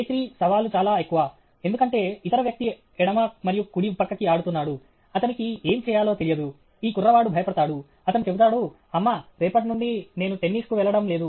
A3 సవాలు చాలా ఎక్కువ ఎందుకంటే ఇతర వ్యక్తి ఎడమ మరియు కుడి పక్కకి ఆడుతున్నాడు అతనికి ఎం చేయాలో తెలియదు ఈ కుర్రవాడు భయపడతాడు అతను చెబుతాడు అమ్మా రేపటి నుండి నేను టెన్నిస్కు వెళ్ళడం లేదు